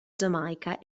giamaica